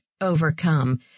overcome